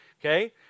Okay